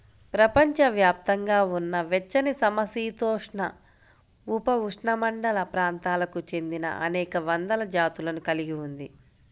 ప్రపంచవ్యాప్తంగా ఉన్న వెచ్చనిసమశీతోష్ణ, ఉపఉష్ణమండల ప్రాంతాలకు చెందినఅనేక వందల జాతులను కలిగి ఉంది